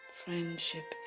friendship